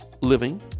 living